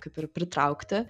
kaip ir pritraukti